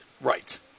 Right